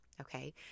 okay